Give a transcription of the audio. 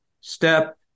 step